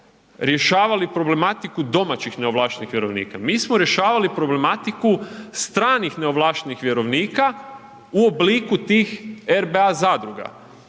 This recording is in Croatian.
rješavali problematiku domaćih neovlaštenih vjerovnika, mi smo rješavali problematiku stranih neovlaštenih vjerovnika u obliku tih RBA zadruga